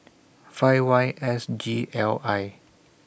five Y S G L I